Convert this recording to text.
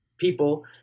people